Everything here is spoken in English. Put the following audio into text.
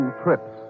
trips